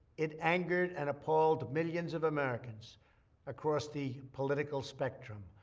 it angered and appalled millions of americans across the political spectrum.